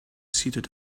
seated